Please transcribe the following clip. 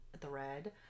thread